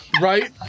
right